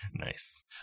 Nice